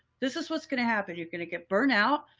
this is what's going to happen. you're going to get burnout.